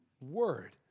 word